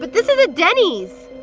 but this is a denny's.